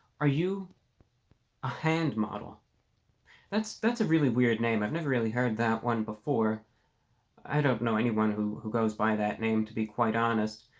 are you a hand model that's that's a really weird name. i've never really heard that one before i don't know anyone who who goes by that name to be quite honest,